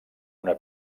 una